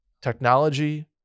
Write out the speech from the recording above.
technology